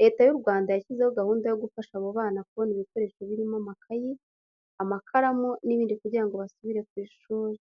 Leta y'u Rwanda yashyizeho gahunda yo gufasha abo bana kubona ibikoresho birimo amakayi, amakaramu n'ibindi kugira ngo basubire ku ishuri.